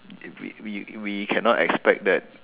we we we cannot expect that